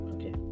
Okay